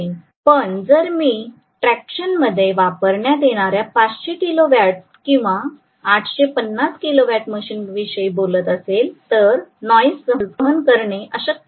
पण जर मी ट्रॅक्शन मध्ये वापरण्यात येणाऱ्या 500 किलोवॅट किंवा 850 किलोवॅट मशीन विषयी बोलत असेन तर नॉइज सहन करणे अशक्य आहे